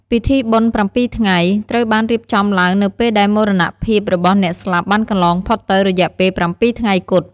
ពិធីបុណ្យប្រាំពីរថ្ងៃ ត្រូវបានរៀបចំឡើងនៅពេលដែលមរណភាពរបស់អ្នកស្លាប់បានកន្លងផុតទៅ រយៈពេលប្រាំពីរថ្ងៃគត់។